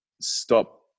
stop